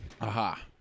Aha